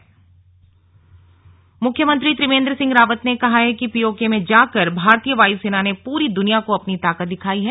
slug CM कार्यक्रम मुख्यमंत्री त्रिवेंद्र सिंह रावत ने कहा है कि पीओके में जाकर भारतीय वायुसेना ने पुरी दुनिया को अपनी ताकत दिखाई है